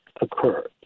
occurred